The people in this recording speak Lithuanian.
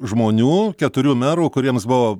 žmonių keturių merų kuriems buvo